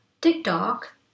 TikTok